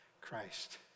Christ